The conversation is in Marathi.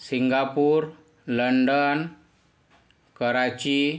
Singapore London Karachi